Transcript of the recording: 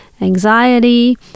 anxiety